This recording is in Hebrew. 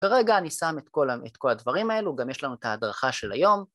כרגע אני שם את כל הדברים האלו, גם יש לנו את הדרכה של היום.